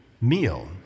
meal